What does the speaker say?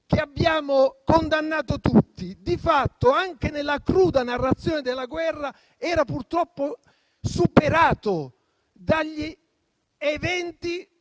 che abbiamo condannato tutti, di fatto, anche nella cruda narrazione della guerra, era purtroppo superato dagli eventi